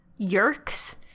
yurks